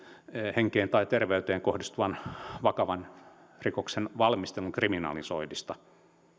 henkeen tai terveyteen kohdistuvan vakavan rikoksen valmistelun kriminalisoinnista